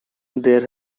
there